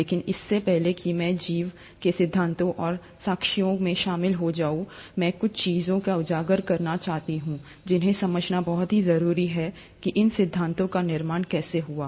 लेकिन इससे पहले कि मैं जीवन के सिद्धांतों और साक्ष्यों में शामिल हो जाऊं मैं कुछ चीजों को उजागर करना चाहता हूं जिन्हें समझना बहुत जरूरी है कि इन सिद्धांतों का निर्माण कैसे हुआ